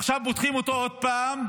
עכשיו פותחים אותו עוד פעם,